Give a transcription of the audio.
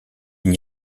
n’y